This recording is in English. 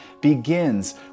begins